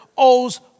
owes